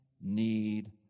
need